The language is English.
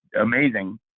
Amazing